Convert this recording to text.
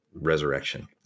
resurrection